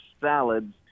salads